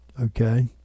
okay